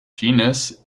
genus